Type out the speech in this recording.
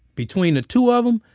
between the two of them,